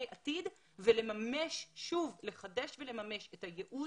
עתיד ולממש שוב לחדש ולממש את הייעוד,